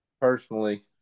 personally